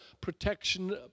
protection